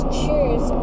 choose